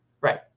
right